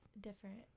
different